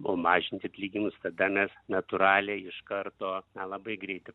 o mažint atlyginimus tada mes natūraliai iš karto na labai greit